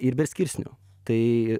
ir be skirsnių tai